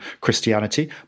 christianity